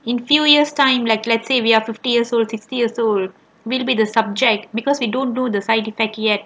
in few year time like let's say we are fifty years old sixty years old we will be the subject because we don't do the side effect yet